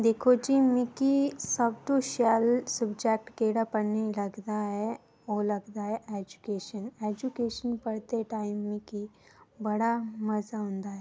नमस्कार में अंकु रियासी डिस्ट्रिक दा रौह्ने आह्ला ते साढ़े शैह्र बिच बड़ियां चीज़ां न जेह्ड़ियां की मिगी पसंद न ते